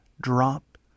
drop